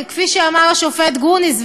כפי שאמר השופט גרוניס,